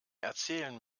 erzählen